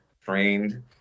trained